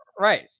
right